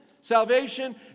salvation